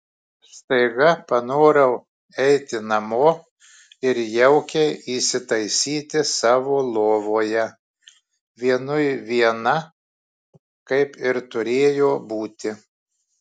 staiga panorau eiti namo ir jaukiai įsitaisyti savo lovoje vienui viena kaip ir turėjo būti